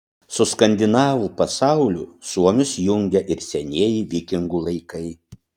su skandinavų pasauliu suomius jungia ir senieji vikingų laikai